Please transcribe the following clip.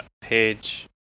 page